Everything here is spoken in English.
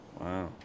Wow